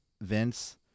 Vince